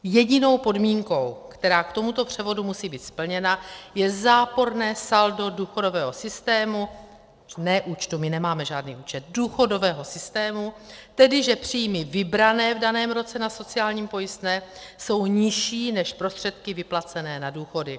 Jedinou podmínkou, která k tomuto převodu musí být splněna, je záporné saldo důchodového systému ne účtu, my nemáme žádný účet důchodového systému, tedy že příjmy vybrané v daném roce na sociálním pojistném jsou nižší než prostředky vyplacené na důchody.